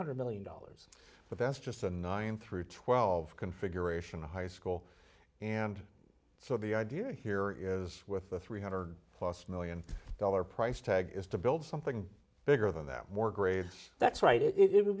hundred million dollars but that's just a nine through twelve configuration high school and so the idea here is with the three hundred plus million dollar price tag is to build something bigger than that more grade that's right it